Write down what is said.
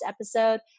episode